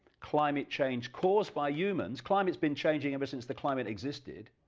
climate change caused by humans, climate has been changing ever since the climate existed.